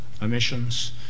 emissions